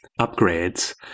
upgrades